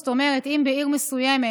זאת אומרת, אם בעיר מסוימת